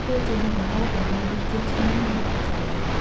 វាជាមុខម្ហូបដែលមានរសជាតិឆ្ងាញ់និងភាពសាមញ្ញ។